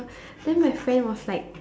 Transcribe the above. then my friend was like